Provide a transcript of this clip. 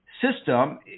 system